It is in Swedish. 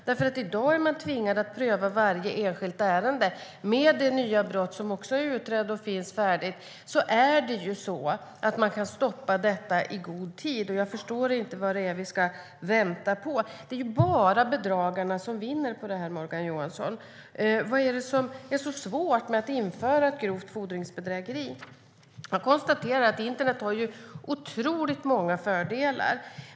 I dag är man tvingad att pröva varje enskilt ärende. Med det nya brott som är utrett och som det finns ett färdigt förslag om kan man ju stoppa dessa brott i god tid. Jag förstår inte vad det är som vi ska vänta på. Det är bara bedragarna som vinner på det här, Morgan Johansson. Vad är det som är så svårt med att införa brottet grovt fordringsägarbedrägeri? Jag konstaterar att internet har otroligt många fördelar.